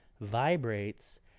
vibrates